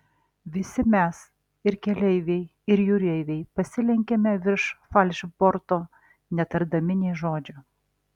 visi mes ir keleiviai ir jūreiviai pasilenkėme virš falšborto netardami nė žodžio